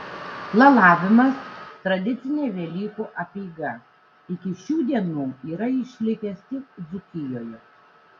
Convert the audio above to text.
lalavimas tradicinė velykų apeiga iki šių dienų yra išlikęs tik dzūkijoje